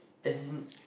as in